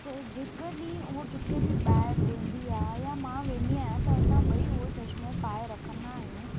त जेकॾहिं उहा किथे बि ॿाहिरि वेंदी आहियां मां वेंदी आहियां त असां ॿई उहो चश्मो पाए रखंदा आहियूं